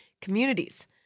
communities